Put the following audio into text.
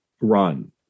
run